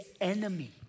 enemy